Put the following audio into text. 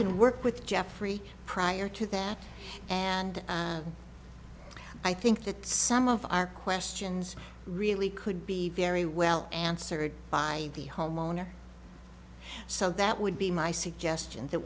can work with jeffrey prior to that and i think that some of our questions really could be very well answered by the homeowner so that would be my suggestion that